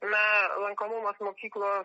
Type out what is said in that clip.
na lankomumas mokyklos